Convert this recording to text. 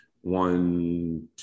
one